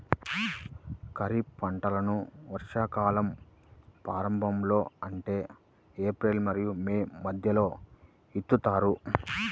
ఖరీఫ్ పంటలను వర్షాకాలం ప్రారంభంలో అంటే ఏప్రిల్ మరియు మే మధ్యలో విత్తుతారు